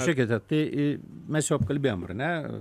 žiūrėkite tai mes jau apkalbėjom ar ne